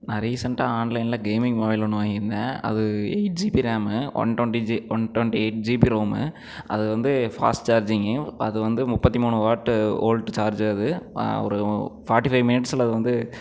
நான் ரீசண்டாக ஆன்லயனில் கேமிங் மொபைல் வந்து வாங்கியிருந்தேன் அது eight GB RAM one twenty one twenty eight GB ROM அது வந்து ஃபாஸ்ட் சார்ஜிங்கு அது வந்து முப்பத்தி மூணு வாட் வோல்ட் சார்ஜ் அது ஒரு ஃபாட்டிபை மினிட்ஸில் அது வந்து